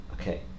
Okay